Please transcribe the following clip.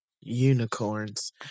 unicorns